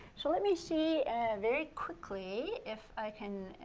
so let me see very quickly if i can.